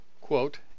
quote